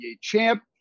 champ